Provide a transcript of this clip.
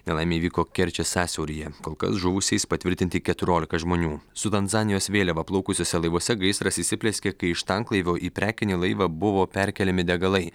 nelaimė įvyko kerčės sąsiauryje kol kas žuvusiais patvirtinti keturiolika žmonių su tanzanijos vėliava plaukusiuose laivuose gaisras įsiplieskė kai iš tanklaivio į prekinį laivą buvo perkeliami degalai